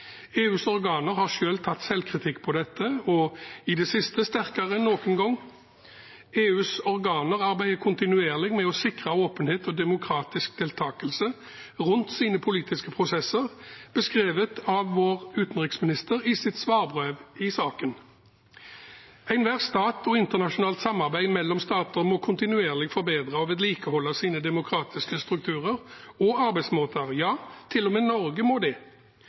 EUs organer har selv tatt selvkritikk på dette, i det siste sterkere enn noen gang. EUs organer arbeider kontinuerlig med å sikre åpenhet og demokratisk deltakelse rundt sine politiske prosesser, som beskrevet av vår utenriksminister i sitt svarbrev til saken. Enhver stat og internasjonalt samarbeid mellom stater må kontinuerlig forbedre og vedlikeholde sine demokratiske strukturer og arbeidsmåter – ja, til og med Norge må